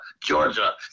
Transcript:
Georgia